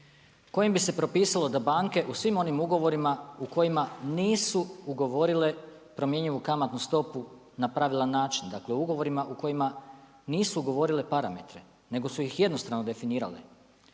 kojim bi se propisao da banke u svim onim ugovorima u kojima nisu ugovorile promjenjivu kamatnu stopu na pravilan način. Dakle, ugovorima u kojima nisu govorile parametre, nego su ih jednostrano definirali.